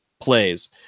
plays